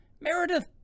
Meredith